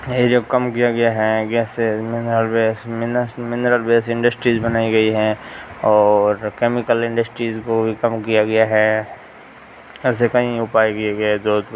area को कम किया गया है गैसेस मिंरल गैस मिंरल वेस इंडस्ट्रीज बनाई गई हैं और कैमिकल इंडस्ट्रीज को भी कम किया गया है ऐसे कई उपाय किए गए जोध